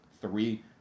three